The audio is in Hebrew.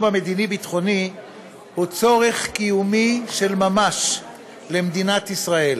המדיני-ביטחוני הוא צורך קיומי של ממש למדינת ישראל.